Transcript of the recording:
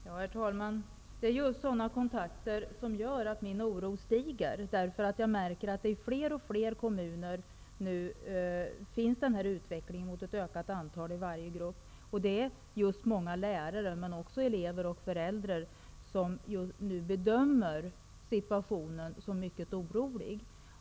Herr talman! Det är just sådana kontakter som gör att min oro stiger, eftersom jag märker att det i allt fler kommuner sker en utveckling mot ett ökat antal elever i varje grupp. Många lärare -- och även många elever och föräldrar -- bedömer situationen som mycket oroande.